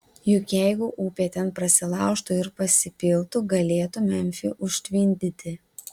juk jeigu upė ten prasilaužtų ir pasipiltų galėtų memfį užtvindyti